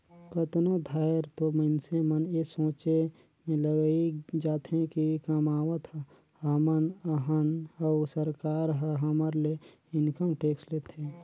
कतनो धाएर तो मइनसे मन ए सोंचे में लइग जाथें कि कमावत हमन अहन अउ सरकार ह हमर ले इनकम टेक्स लेथे